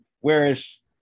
Whereas